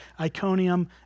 Iconium